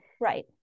Right